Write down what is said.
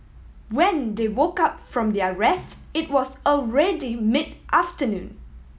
when they woke up from their rest it was already mid afternoon